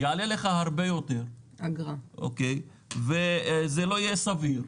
הוא יעלה לך הרבה יותר, וזה לא יהיה סביר,